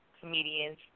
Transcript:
comedians